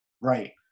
Right